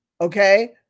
Okay